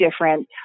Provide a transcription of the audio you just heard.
different